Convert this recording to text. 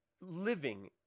living